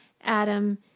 Adam